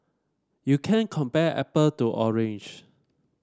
you can't compare apple to orange